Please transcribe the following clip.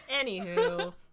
anywho